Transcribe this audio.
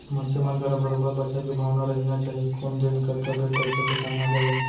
मनसे मन करा बरोबर बचत के भावना रहिना चाही कोन जनी कतका बेर पइसा के काम आ जावय